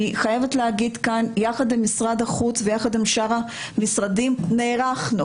אני חייבת להגיד כאן יחד עם משרד החוץ ויחד עם שאר המשרדים שנערכנו.